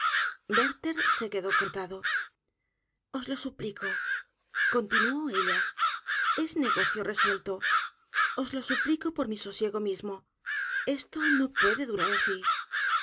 antes werlher sequedó cortado os lo suplico continuó ella es negocio resuelto oslo suplico por mi sosiego mismo esto no puede durar asi